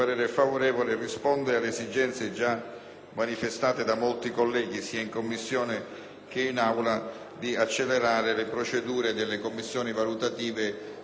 Governo